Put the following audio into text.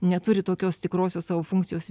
neturi tokios tikrosios savo funkcijos